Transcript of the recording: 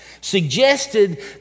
suggested